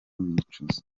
bicuza